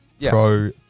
pro-